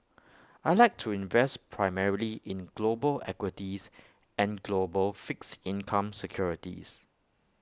I Like to invest primarily in global equities and global fixed income securities